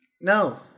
No